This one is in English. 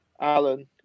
Alan